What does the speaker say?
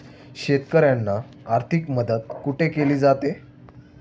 शेतकऱ्यांना आर्थिक मदत कुठे केली जाते?